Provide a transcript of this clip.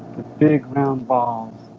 big round balls